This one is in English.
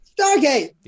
Stargate